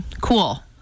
Cool